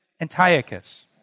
Antiochus